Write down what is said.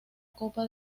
copa